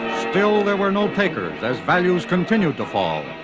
still there were no takers as values continued to fall.